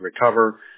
recover